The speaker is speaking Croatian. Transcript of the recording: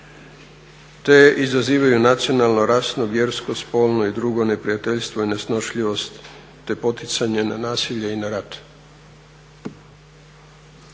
te izazivaju nacionalno, vjersko, spolno i drugo neprijateljstvo i nesnošljivost te poticanje na nasilje i na rat.